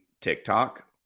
TikTok